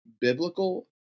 biblical